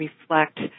reflect